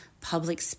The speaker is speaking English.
public